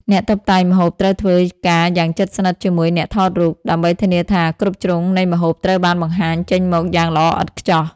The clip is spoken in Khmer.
អ្នកតុបតែងម្ហូបត្រូវធ្វើការយ៉ាងជិតស្និទ្ធជាមួយអ្នកថតរូប ដើម្បីធានាថាគ្រប់ជ្រុងនៃម្ហូបត្រូវបានបង្ហាញចេញមកយ៉ាងល្អឥតខ្ចោះ។